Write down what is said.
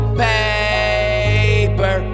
paper